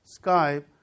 Skype